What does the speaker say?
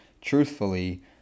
truthfully